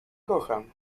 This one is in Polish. kocham